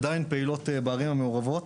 עדיין פעילות בערים המעורבות.